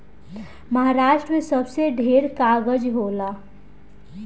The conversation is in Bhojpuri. महारास्ट्र मे सबसे ढेर कागज़ होला